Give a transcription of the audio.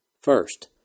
First